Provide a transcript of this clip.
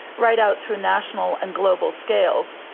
right out through national and global scales,